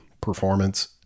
performance